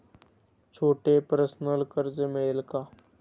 छोटे पर्सनल कर्ज मिळेल का?